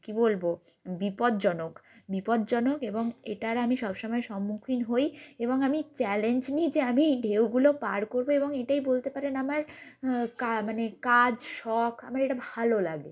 কী বলব বিপজ্জনক বিপজ্জনক এবং এটার আমি সবসময় সম্মুখীন হই এবং আমি চ্যালেঞ্জ নিই যে আমি এই ঢেউগুলো পার করব এবং এটাই বলতে পারেন আমার মানে কাজ শখ আমার এটা ভালো লাগে